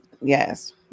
yes